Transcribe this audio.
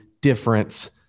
difference